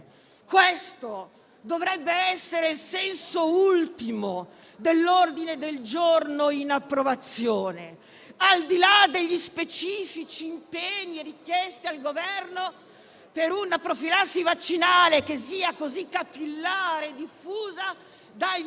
Questo dovrebbe essere il senso ultimo dell'ordine del giorno che ci apprestiamo ad approvare, al di là degli specifici impegni richiesti al Governo per una profilassi vaccinale che sia così capillare e diffusa da evitare